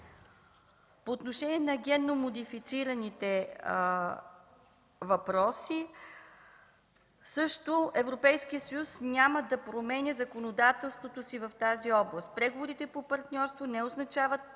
По отношение на генномодифицираните продукти – Европейският съюз няма да променя законодателството си в тази област. Преговорите по партньорство не означават